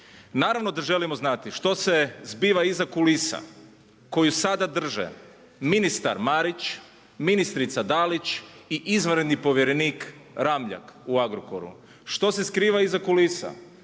Naravno da želimo znati što se zbiva iza kulisa koju sada drže ministar Marić, ministrica Dalić i izvanredni povjerenik Ramljak u Agrokoru. Što se skriva iza kulisa